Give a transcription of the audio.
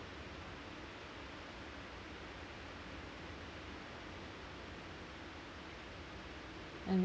and it